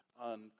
on